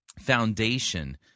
foundation